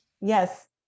Yes